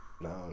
No